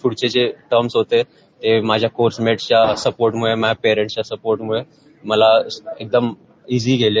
पुढचे हे टर्म्स ते माझ्या कोर्समेट्सच्या सपोर्टमुळे माझ्या पर्देदेसच्या सपोर्टमुळे मला एकदम ईझी गेले